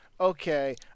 Okay